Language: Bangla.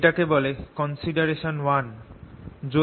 এটাকে বলে consideration